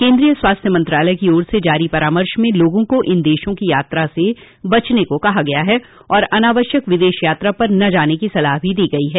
केन्द्रीय स्वास्थ्य मंत्रालय की ओर से जारी परामर्श में लोगों को इन देशों की यात्रा से बचने को कहा गया है और अनावश्यक विदेश यात्रा पर न जाने की सलाह दी गई है